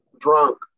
drunk